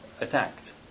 attacked